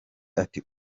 ati